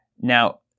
Now